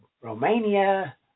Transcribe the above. Romania